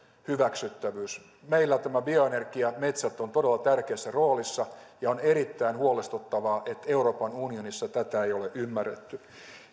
hyväksyttävyys meillä tämä bio energia metsät ovat todella tärkeässä roolissa ja on erittäin huolestuttavaa että euroopan unionissa tätä ei ole ymmärretty